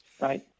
right